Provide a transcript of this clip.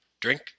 drink